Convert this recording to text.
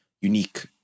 unique